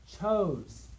chose